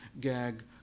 gag